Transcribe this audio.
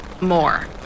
more